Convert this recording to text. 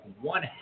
one